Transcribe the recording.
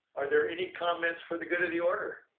are there any comments for the good of the order?